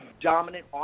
dominant